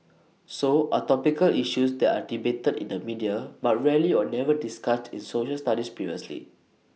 so are topical issues that are debated in the media but rarely or never discussed in social studies previously